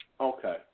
Okay